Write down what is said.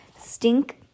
Stink